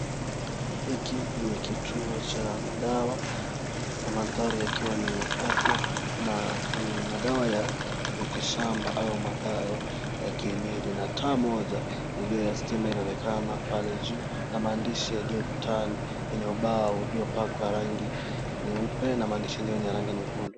Hiki ni kituo cha madawa na mandhari yakiwa ni ya afya na ni madawa ya miti shhamba au madawa ya kienyeji na taa moja iliyo ya stima inaonekana pale juu na maandishi yalio ukutani kwenye ubao uliopakwa rangi nyeupe na maandishi yenyewe ni ya rangi nyekundu.